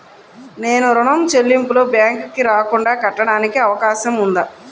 నేను ఋణం చెల్లింపులు బ్యాంకుకి రాకుండా కట్టడానికి అవకాశం ఉందా?